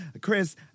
Chris